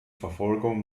verfolgung